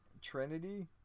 Trinity